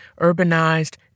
urbanized